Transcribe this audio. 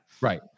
Right